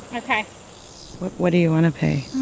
ok what do you want to pay?